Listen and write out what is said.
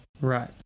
Right